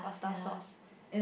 ya it